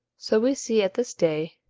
so we see at this day,